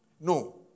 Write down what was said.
No